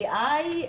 AI,